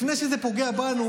לפני שזה פוגע בנו,